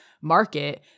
market